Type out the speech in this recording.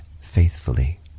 faithfully